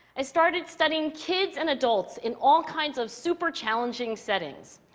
i started studying kids and adults in all kinds of super challenging settings,